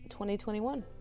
2021